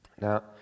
Now